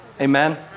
Amen